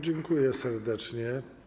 Dziękuję serdecznie.